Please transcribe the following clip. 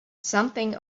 something